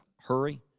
hurry